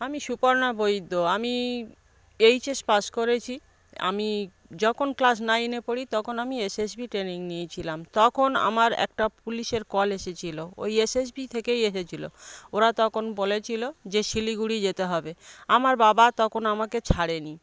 আমি সুপর্ণা বৈদ্য আমি H S pass করেছি আমি যখন ক্লাস নাইনে পড়ি তখন আমি এস এস বি ট্রেনিং নিয়েছিলাম তখন আমার একটা পুলিশের কল এসেছিল ওই এস এস বি থেকেই এসেছিল ওরা তখন বলেছিল যে শিলিগুড়ি যেতে হবে আমার বাবা তখন আমাকে ছাড়েনি